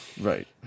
Right